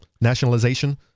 nationalization